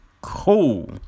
cool